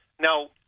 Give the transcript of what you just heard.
Now